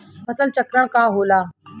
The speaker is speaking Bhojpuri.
फसल चक्रण का होला?